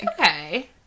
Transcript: Okay